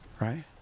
Right